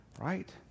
right